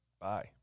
Bye